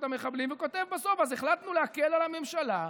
המחבלים וכותב בסוף: "אז החלטנו להקל על הממשלה.